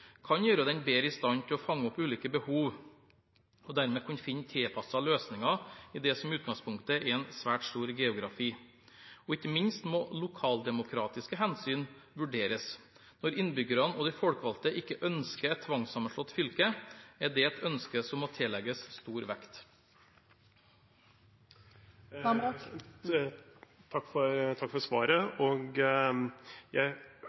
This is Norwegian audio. kan gjøre den bedre i stand til å fange opp ulike behov – og dermed kunne finne tilpassede løsninger i det som i utgangspunktet er en svært stor geografi. Og ikke minst må lokaldemokratiske hensyn vurderes. Når innbyggerne og de folkevalgte ikke ønsker et tvangssammenslått fylke, er det et ønske som må tillegges stor vekt. Takk for svaret. Jeg